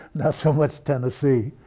not so much tennessee.